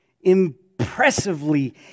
impressively